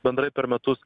bendrai per metus